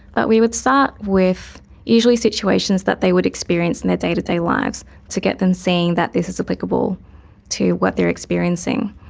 but we would start with usually situations that they would experience in their day-to-day lives to get them seeing that this is applicable to what they are experiencing.